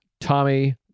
Tommy